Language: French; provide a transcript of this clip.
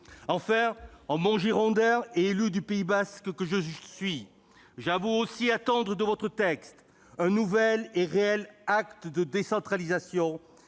Enfin, en bon girondin et élu du Pays basque que je suis, j'avoue aussi attendre de votre texte un nouvel et réel acte de décentralisation